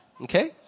okay